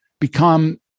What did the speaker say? become